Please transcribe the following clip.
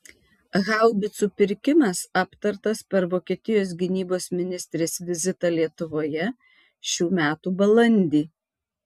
haubicų pirkimas aptartas per vokietijos gynybos ministrės vizitą lietuvoje šių metų balandį